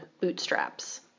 bootstraps